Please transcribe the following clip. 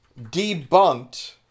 debunked